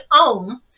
own